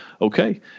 okay